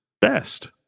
best